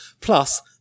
Plus